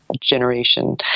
generation